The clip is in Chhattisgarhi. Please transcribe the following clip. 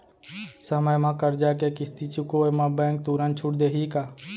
समय म करजा के किस्ती चुकोय म बैंक तुरंत छूट देहि का?